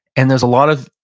and there's a lot of,